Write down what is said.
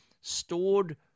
stored